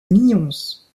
nyons